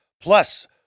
Plus